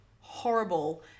horrible